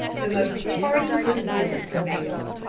the most hearty good will prevailed.